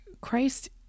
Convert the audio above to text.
Christ